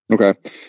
Okay